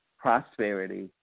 prosperity